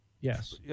yes